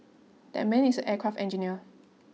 that man is an aircraft engineer